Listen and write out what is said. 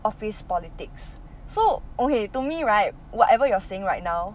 office politics so okay to me right whatever you're saying right now